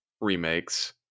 remakes